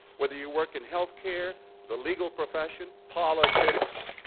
whether you work in health care, the legal profession, politics,